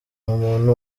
umuntu